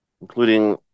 including